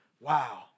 Wow